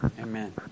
amen